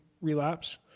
relapse